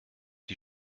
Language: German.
die